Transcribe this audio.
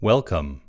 Welcome